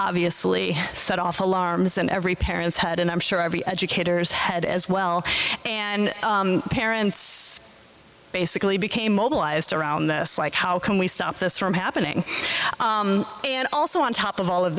obviously set off alarms in every parent's head and i'm sure every educators had as well and parents basically became mobilized around this like how can we stop this from happening and also on top of all of